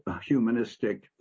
humanistic